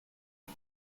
and